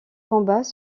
combats